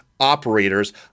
operators